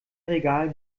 regal